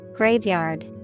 Graveyard